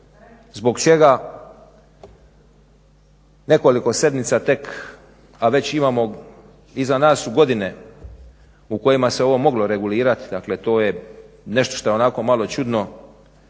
zbog čega nekoliko sedmica tek a već imamo iza nas su godine u kojima se ovo moglo regulirati. Dakle to je nešto što je onako malo čudno